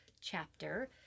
chapter